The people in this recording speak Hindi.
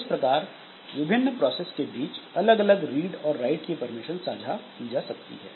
इस प्रकार विभिन्न प्रोसेस के बीच अलग अलग रीड ओर राइट की परमिशन साझा की जा सकती है